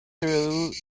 through